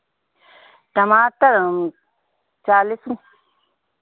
टमाटर हम चालीस में